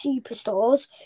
Superstores